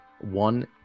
one